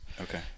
Okay